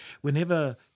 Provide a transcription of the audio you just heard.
Whenever